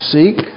Seek